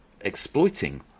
exploiting